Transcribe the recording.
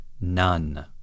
None